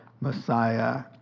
Messiah